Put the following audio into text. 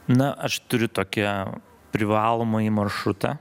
na aš turiu tokį privalomąjį maršrutą